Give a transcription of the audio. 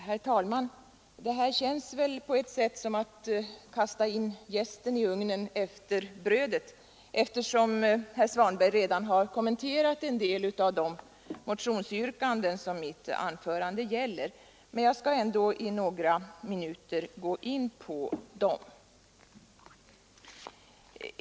Herr talman! Det här känns på något sätt som att kasta in jästen i ugnen efter brödet, eftersom herr Svanberg redan har kommenterat en del av de motionsyrkanden som mitt anförande gäller. Men jag skall ändå under några minuter gå in på dem.